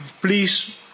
please